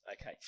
Okay